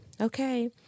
okay